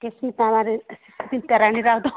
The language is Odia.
କିଛି